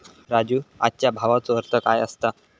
राजू, आजच्या भावाचो अर्थ काय असता?